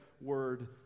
word